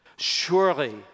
Surely